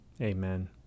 amen